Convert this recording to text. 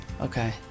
Okay